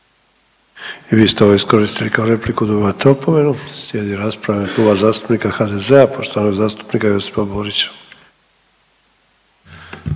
I vi ste ovo iskoristili kao repliku, dobivate opomenu. Slijedi rasprava u ime Kluba zastupnika HDZ-a poštovanog zastupnika Josipa Borića.